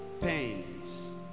pains